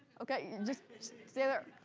ok, just stay there.